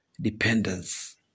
dependence